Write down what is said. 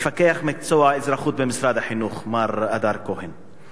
מפקח מקצוע האזרחות במשרד החינוך מר אדר כהן,